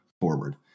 forward